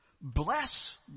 Bless